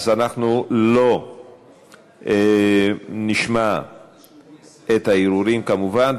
אז אנחנו לא נשמע את הערעורים, כמובן.